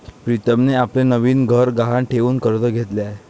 प्रीतमने आपले नवीन घर गहाण ठेवून कर्ज घेतले आहे